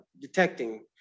detecting